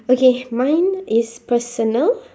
okay mine is personal